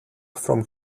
from